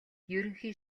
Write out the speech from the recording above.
ерөнхий